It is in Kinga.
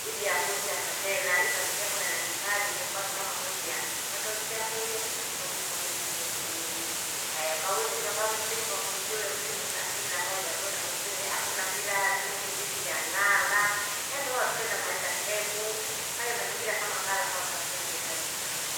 Wibea kusyamba tena ipange ikyakurya nakipali ukumfwata umama kusyamba, ukatole isyakurya, pumwiseka mulye ikyakurya kumie. Haya pavusika pamsimuka kusyule msimuka isaa kumi namoja mwiluta kusyule hakuna silatu kipindi kyang'ala, yaani tuka tukinde amaisha peku, kwahiyo amazingira kama kala kavaturite itabu sana,